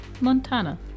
Montana